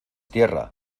tierra